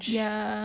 ya